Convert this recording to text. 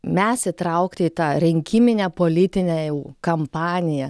mes įtraukti į tą rinkiminę politinę jau kampaniją